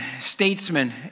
statesman